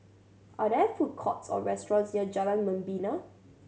are there food courts or restaurants near Jalan Membina